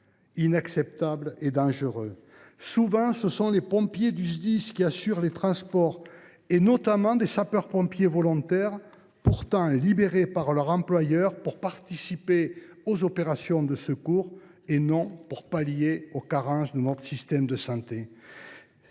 départementaux d’incendie et de secours qui assurent les transports, notamment des sapeurs pompiers volontaires, pourtant libérés par leurs employeurs pour participer aux opérations de secours et non pour pallier les carences de notre système de santé.